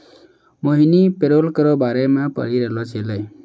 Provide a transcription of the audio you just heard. मोहिनी payroll करो के बारे मे पढ़ि रहलो छलै